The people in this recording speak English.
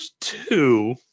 two